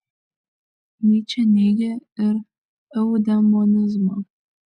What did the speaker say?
nyčė neigė ir eudemonizmą